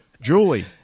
Julie